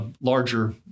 larger